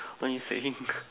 what you saying